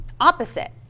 opposite